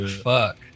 fuck